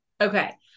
Okay